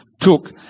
took